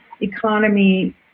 economy